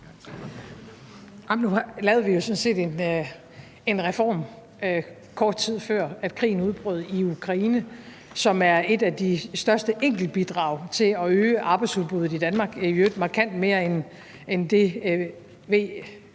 sådan set en reform, kort tid før krigen udbrød i Ukraine, som er et af de største enkeltbidrag til at øge arbejdsudbuddet i Danmark, i øvrigt markant mere end det,